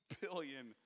billion